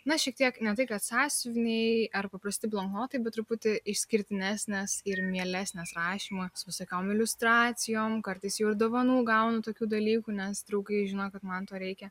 na šiek tiek ne tai kad sąsiuviniai ar paprasti bloknotai bet truputį išskirtines nes ir mielesnės rašymo su visokiom iliustracijom kartais jau ir dovanų gaunu tokių dalykų nes draugai žino kad man to reikia